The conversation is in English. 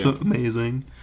amazing